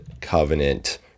covenant